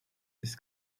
this